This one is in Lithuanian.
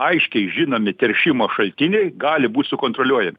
aiškiai žinomi teršimo šaltiniai gali būt sukontroliuojami